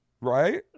Right